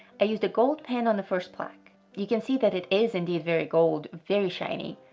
i used a gold pen on the first plaque. you can see that it is indeed very gold, very shiny,